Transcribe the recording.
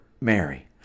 mary